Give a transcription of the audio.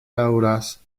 daŭras